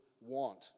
want